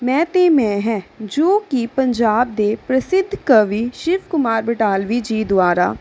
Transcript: ਮੈਂ ਅਤੇ ਮੈਂ ਹੈ ਜੋ ਕਿ ਪੰਜਾਬ ਦੇ ਪ੍ਰਸਿੱਧ ਕਵੀ ਸ਼ਿਵ ਕੁਮਾਰ ਬਟਾਲਵੀ ਜੀ ਦੁਆਰਾ